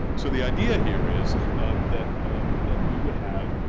so the idea here is that that we would have,